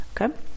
okay